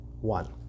One